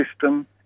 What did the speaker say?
system